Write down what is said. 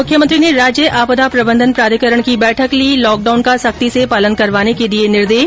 मुख्यमंत्री ने राज्य आपदा प्रबंधन प्राधिकरण की बैठक ली लॉकडाउन का सख्ती से पालन करवाने के दिए निर्देश